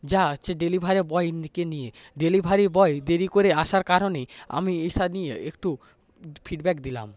যা আছে ডেলিভারি বয়কে নিয়ে ডেলিভারি বয় দেরি করে আসার কারণে আমি এটা নিয়ে একটু ফিডব্যাক দিলাম